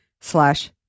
slash